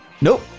Nope